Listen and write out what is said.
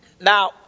Now